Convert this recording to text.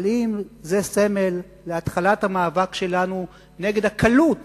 אבל אם זה סמל להתחלת המאבק שלנו נגד הקלות